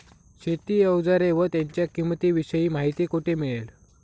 शेती औजारे व त्यांच्या किंमतीविषयी माहिती कोठे मिळेल?